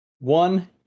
One